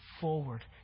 forward